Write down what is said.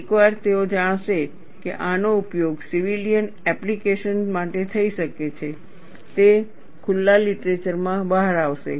એકવાર તેઓ જાણશે કે આનો ઉપયોગ સિવિલિયન એપ્લિકેશન માટે થઈ શકે છે તે ખુલ્લા લિટરેચરમાં બહાર આવશે